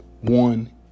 one